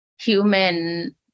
human